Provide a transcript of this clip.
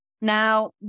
Now